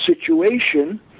situation